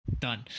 done